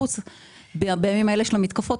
בימים אלה של המתקפות,